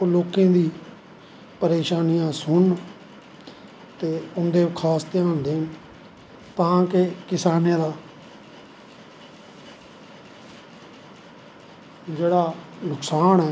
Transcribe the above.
ओह् लोकें दी परेशानियां सुनन ते उंदे पर खास ध्यान देन तां के किसानें दा जेह्ड़ा नुक्सान ऐ